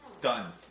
Done